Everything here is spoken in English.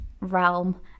realm